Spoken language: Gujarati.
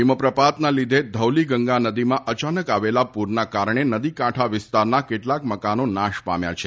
હિમપ્રપાતના લીધે ધૌલી ગંગા નદીમાં અચાનક આવેલા પુરના કારણે નદી કાંઠા વિસ્તારના કેટલાક મકાનો નાશ પામ્યા છે